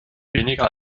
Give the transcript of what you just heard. weniger